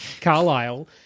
Carlisle